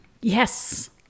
Yes